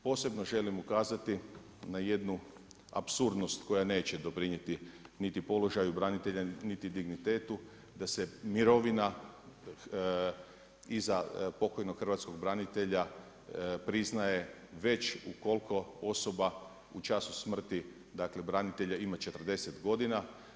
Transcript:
Posebno želim ukazati na jednu apsurdnost koja neće doprinijeti niti položaju branitelja niti dignitetu da se mirovina i za pokojnog hrvatskog branitelja priznaje već ukoliko osoba u času smrti dakle branitelja ima 40 godina.